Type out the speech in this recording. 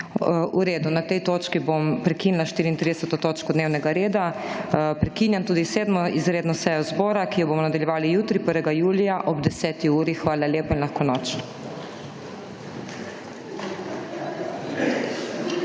V redu, na tej točki bom prekinila 34. točko dnevnega reda. Prekinjam tudi 7. izredno sejo zbora, ki jo bomo nadaljevali jutri 1. julija, bo 10. uri. Hvala lepa in lahko noč!